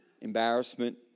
embarrassment